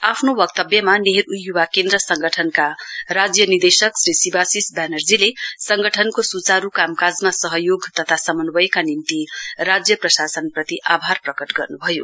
आफ्नो वक्तव्यमा नेहरु युवा केन्द्र संगठनका राज्य निदेशक श्री सिवाशिष व्यानर्जीले संगठनको सुचार कामकाजमा सहयोग तथा समन्वयका निम्ति राज्य प्रशासन प्रति आभार प्रकट गर्नुभयो